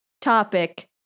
topic